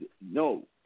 no